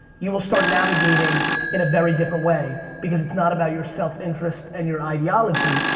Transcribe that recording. you will start navigating in a very different way because it's not about your self-interest and your ideology.